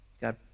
God